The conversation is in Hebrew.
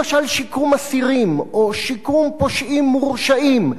למשל שיקום אסירים, או שיקום פושעים מורשעים.